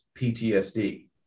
PTSD